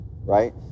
right